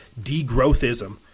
degrowthism